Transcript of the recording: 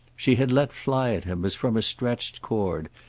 she had let fly at him as from a stretched cord,